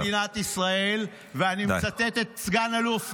שר במדינת ישראל, ואני מצטט את סגן אלוף נ'.